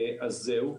אז זהו.